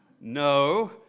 No